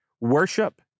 worship